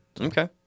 Okay